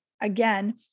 again